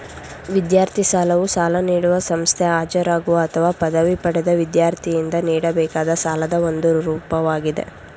ವಿದ್ಯಾರ್ಥಿ ಸಾಲವು ಸಾಲ ನೀಡುವ ಸಂಸ್ಥೆ ಹಾಜರಾಗುವ ಅಥವಾ ಪದವಿ ಪಡೆದ ವಿದ್ಯಾರ್ಥಿಯಿಂದ ನೀಡಬೇಕಾದ ಸಾಲದ ಒಂದು ರೂಪವಾಗಿದೆ